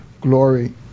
glory